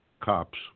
cops